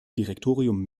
direktorium